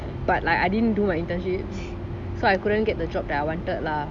but like I didn't do my internship so I couldn't get the job that I wanted lah